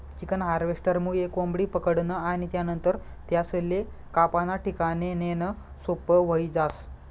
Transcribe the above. chicken हार्वेस्टरमुये कोंबडी पकडनं आणि त्यानंतर त्यासले कापाना ठिकाणे नेणं सोपं व्हयी जास